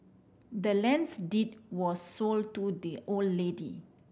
the land's deed was sold to the old lady